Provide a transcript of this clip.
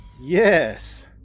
Yes